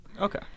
Okay